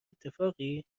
اتفاقی